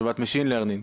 לטובת Machine Learning?